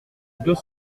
deux